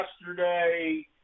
Yesterday